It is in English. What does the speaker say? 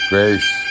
Grace